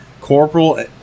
corporal